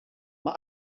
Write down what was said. mae